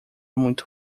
muito